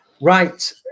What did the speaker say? Right